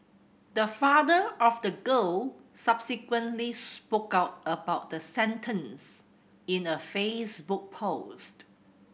the father of the girl subsequently spoke out about the sentence in a Facebook post